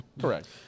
correct